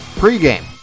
Pre-game